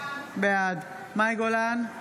בעד מאי גולן,